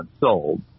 sold